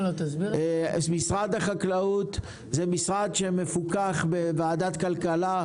משרד החקלאות הוא משרד שמפוקח בוועדת כלכלה,